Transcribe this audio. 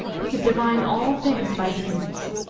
he could divine all things by dreams.